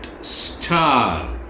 star